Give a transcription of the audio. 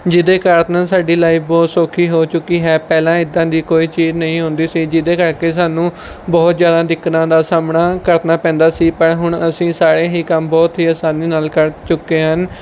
ਜਿਹਦੇ ਕਾਰਨ ਸਾਡੀ ਲਾਈਫ ਬਹੁਤ ਸੌਖੀ ਹੋ ਚੁੱਕੀ ਹੈ ਪਹਿਲਾਂ ਐਦਾਂ ਦੀ ਕੋਈ ਚੀਜ਼ ਨਹੀਂ ਹੁੰਦੀ ਸੀ ਜਿਹਦੇ ਕਰਕੇ ਸਾਨੂੰ ਬਹੁਤ ਜ਼ਿਆਦਾ ਦਿੱਕਤਾਂ ਦਾ ਸਾਹਮਣਾ ਕਰਨਾ ਪੈਂਦਾ ਸੀ ਪਰ ਹੁਣ ਅਸੀਂ ਸਾਰੇ ਹੀ ਕੰਮ ਬਹੁਤ ਹੀ ਆਸਾਨੀ ਨਾਲ਼ ਕਰ ਚੁੱਕੇ ਹਨ